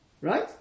Right